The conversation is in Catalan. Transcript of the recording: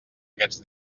aquests